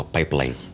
Pipeline